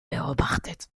beobachtet